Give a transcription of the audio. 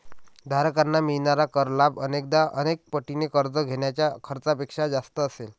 धारकांना मिळणारा कर लाभ अनेकदा अनेक पटीने कर्ज घेण्याच्या खर्चापेक्षा जास्त असेल